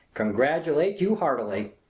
congratulate you heartily!